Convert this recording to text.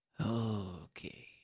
Okay